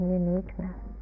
uniqueness